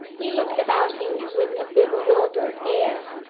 he looked about him with a bewildered air,